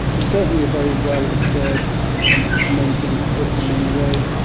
it's certainly a very well-observed and amazing book, in many ways.